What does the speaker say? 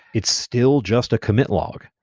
it's still just a commit log.